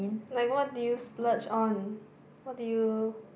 like what do you splurge on what do you